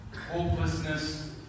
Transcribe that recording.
hopelessness